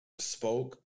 Spoke